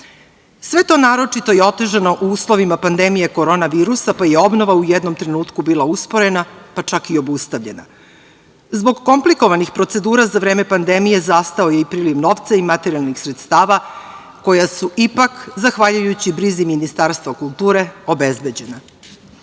je to naročito otežano u uslovima pandemije korona virusa, pa i obnova je u jednom trenutku bila usporena, pa čak i obustavljena. Zbog komplikovanih procedura za vreme pandemije zastao je i priliv novca i materijalnih sredstava, koja su ipak zahvaljujući brzi Ministarstva kulture obezbeđena. Ono